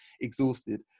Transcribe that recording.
exhausted